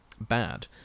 bad